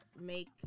make